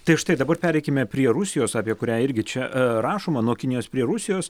tai štai dabar pereikime prie rusijos apie kurią irgi čia rašoma nuo kinijos prie rusijos